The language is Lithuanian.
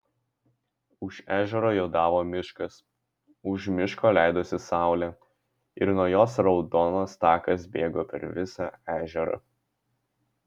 už ežero juodavo miškas už miško leidosi saulė ir nuo jos raudonas takas bėgo per visą ežerą